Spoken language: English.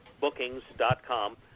Bookings.com